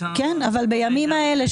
בימים האלה,